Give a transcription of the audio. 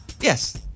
Yes